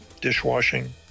dishwashing